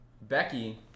Becky